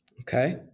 Okay